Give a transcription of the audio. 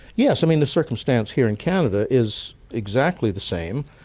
yes. i mean, the circumstance here in canada is exactly the same.